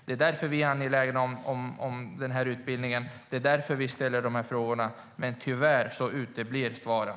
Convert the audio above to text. Det är därför som vi är angelägna om lärarutbildningen, och det är därför som vi ställer dessa frågor. Men tyvärr uteblir svaren.